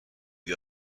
you